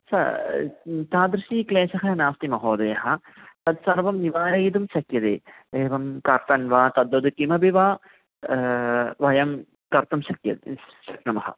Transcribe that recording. सा तादृशः क्लेशः नास्ति महोदयः तत्सर्वं निवारयितुं शक्यते एवं कर्टन् वा तद्वत् किमपि वा वयं कर्तुं शक्यामहे शक्नुमः